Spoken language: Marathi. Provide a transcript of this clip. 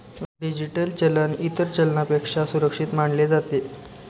डिजिटल चलन इतर चलनापेक्षा सुरक्षित मानले जाते